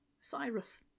Cyrus